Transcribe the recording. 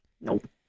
Nope